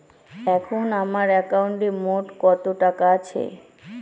এখন আমার একাউন্টে মোট কত টাকা আছে?